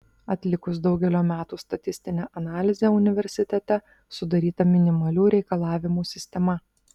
atlikus daugelio metų statistinę analizę universitete sudaryta minimalių reikalavimų sistema